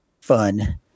fun